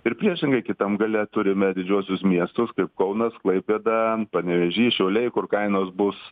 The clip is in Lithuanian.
ir priešingai kitam gale turime didžiuosius miestus kaip kaunas klaipėda panevėžys šiauliai kur kainos bus